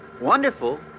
Wonderful